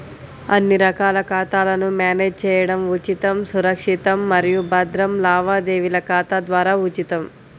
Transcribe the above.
అన్ని రకాల ఖాతాలను మ్యానేజ్ చేయడం ఉచితం, సురక్షితం మరియు భద్రం లావాదేవీల ఖాతా ద్వారా ఉచితం